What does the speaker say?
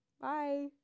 bye